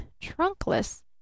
trunkless